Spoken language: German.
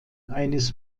eines